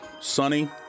sunny